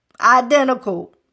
identical